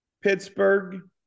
Pittsburgh